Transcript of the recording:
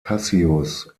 cassius